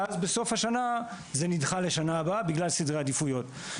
ואז בסוף השנה זה נדחה לשנה הבאה בגלל סדרי עדיפויות.